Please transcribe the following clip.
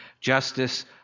Justice